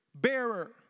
bearer